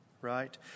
right